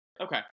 okay